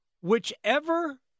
whichever